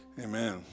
Amen